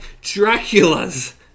Dracula's